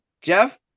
Jeff